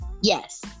Yes